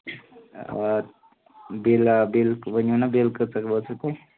آ بِل آ بِل ؤنِو نا بِل کٕژاہ وٲژوٕ تۄہہِ